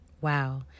Wow